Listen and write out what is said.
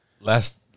last